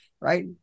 right